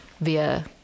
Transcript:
via